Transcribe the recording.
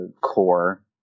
Core